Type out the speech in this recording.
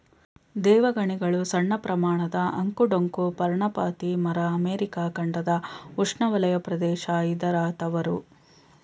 ದೇವಗಣಿಗಲು ಸಣ್ಣಪ್ರಮಾಣದ ಅಂಕು ಡೊಂಕು ಪರ್ಣಪಾತಿ ಮರ ಅಮೆರಿಕ ಖಂಡದ ಉಷ್ಣವಲಯ ಪ್ರದೇಶ ಇದರ ತವರು